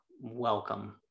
welcome